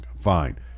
fine